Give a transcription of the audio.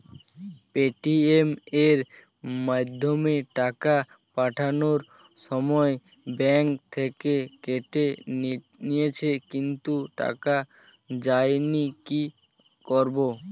Paytm এর মাধ্যমে টাকা পাঠানোর সময় ব্যাংক থেকে কেটে নিয়েছে কিন্তু টাকা যায়নি কি করব?